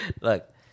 Look